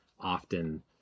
often